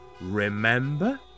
Remember